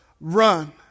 run